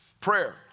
Prayer